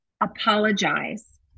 apologize